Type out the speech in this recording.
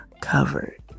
covered